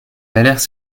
valeurs